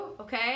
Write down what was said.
okay